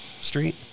street